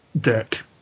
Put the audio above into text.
deck